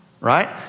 Right